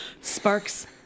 sparks